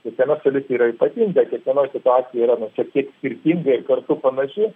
kiekviena šalis yra ypatinga kiekvienoj situacija yra nu šiek tiek skirtinga ir kartu panaši